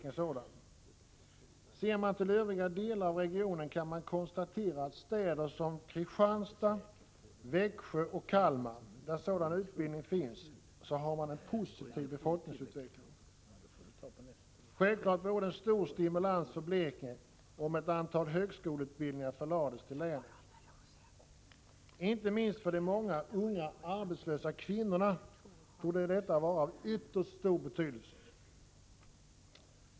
Om man ser till övriga delar av regionen kan konstateras att det i städer som Kristianstad, Växjö och Kalmar, där sådan utbildning finns, är en positiv befolkningsutveckling. Självfallet vore det en stor stimulans för Blekinge om ett antal högskoleutbildningar förlades till länet. Inte minst för de många unga arbetslösa kvinnorna torde detta vara av ytterst stor betydelse.